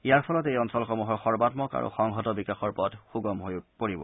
ইয়াৰ ফলত এই অঞ্চলসমূহৰ সৰ্বাঘক আৰু সংহত বিকাশৰ পথ সুগম হৈ পৰিব